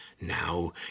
Now